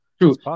true